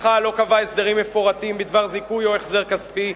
שלך לא קבע הסדרים מפורטים בדבר זיכוי או החזר כספי,